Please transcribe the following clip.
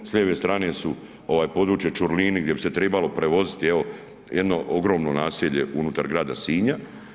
S lijeve strane su ovaj područje Čurlini gdje bi se tribalo privoziti, evo jedno ogromno naselje unutar grada Sinja.